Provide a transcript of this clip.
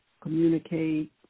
communicate